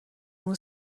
اون